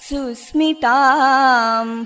Susmitam